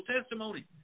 testimony